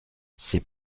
c’est